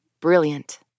Brilliant